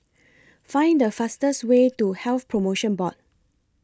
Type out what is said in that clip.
Find The fastest Way to Health promotion Board